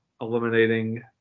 eliminating